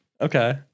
Okay